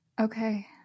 okay